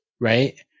right